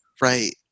Right